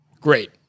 Great